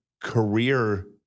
career